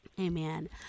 amen